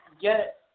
get